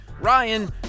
Ryan